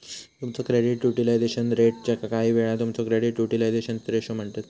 तुमचा credit utilisation rate, ज्याका काहीवेळा तुमचो क्रेडिट युटिलायझेशन रेशो म्हणतत